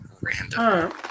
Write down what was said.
Random